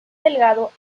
delgado